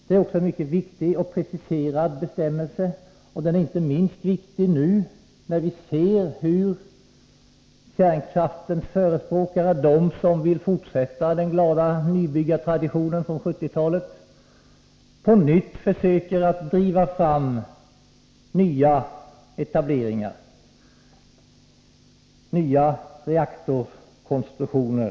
Det är en mycket viktig och preciserad bestämmelse, och den är inte minst väsentlig nu när vi ser hur kärnkraftens förespråkare, de som vill fortsätta den glada nybyggartraditionen från 1970-talet, återigen försöker driva fram nya etableringar och nya reaktorkonstruktioner.